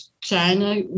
China